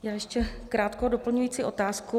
Já ještě krátkou doplňující otázku.